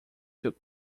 took